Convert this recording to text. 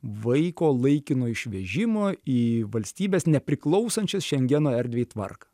vaiko laikino išvežimo į valstybes nepriklausančias šengeno erdvei tvarką